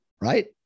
Right